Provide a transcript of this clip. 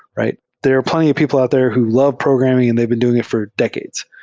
right? there are plenty of people out there who love programming and they've been doing it for decades.